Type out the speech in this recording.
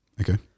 Okay